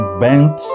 bent